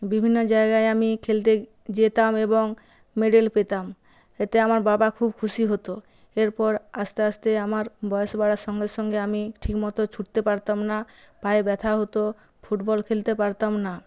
বিভিন্ন জায়গায় আমি খেলতে যেতাম এবং মেডেল পেতাম এতে আমার বাবা খুব খুশি হতো এরপর আস্তে আস্তে আমার বয়স বাড়ার সঙ্গে সঙ্গে আমি ঠিকমতো ছুটতে পারতাম না পায়ে ব্যথা হতো ফুটবল খেলতে পারতাম না